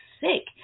sick